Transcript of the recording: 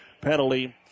penalty